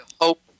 hope